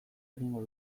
egingo